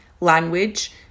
language